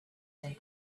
been